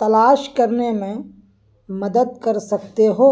تلاش کرنے میں مدد کر سکتے ہو